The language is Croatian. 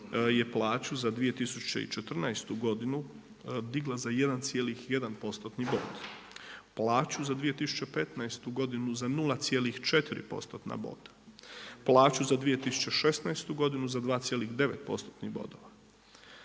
je plaću za 2014. godinu digla za 1,1%-tni bod. Plaću za 2015. godinu za 0,4%-tna boda, plaću za 2016.-tu godinu za 2,9%-tnih bodova.